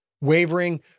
Wavering